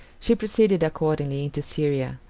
she proceeded, accordingly, into syria,